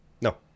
No